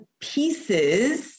pieces